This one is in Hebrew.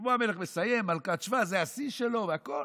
שלמה המלך מסיים, מלכת שבא, זה השיא שלו והכול,